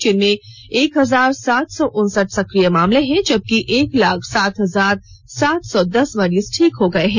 इनमें एक हजार सात सौ उनसठ सक्रिय मामले हैं जबकि एक लाख सात हजार सात सौ दस मरीज ठीक हो गए हैं